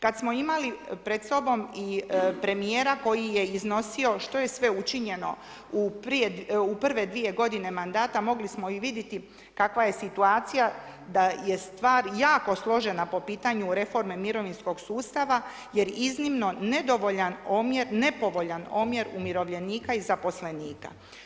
Kada smo imali pred sobom i premjera koji je iznosio što je sve učinjeno u prve dvije godine mandata, mogli smo i vidjeti kakva je situacija, da je stvar jako službena po pitanju reforme mirovinskog sustava, jer iznimno nedovoljan omjer, nepovoljan omjer umirovljenika i zaposlenika.